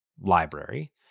library